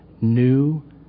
new